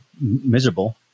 miserable